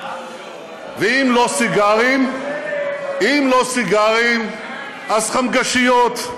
ואם לא סיגרים, אם לא סיגרים אז חמגשיות.